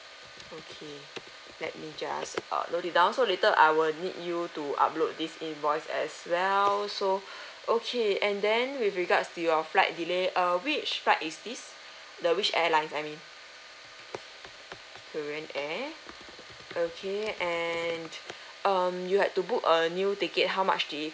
okay let me just uh note it down so later I will need you to upload this invoice as well so okay and then with regards to your flight delay uh which flight is this the which airlines I mean korean air okay and um you had to book a new ticket how much did it